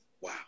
Wow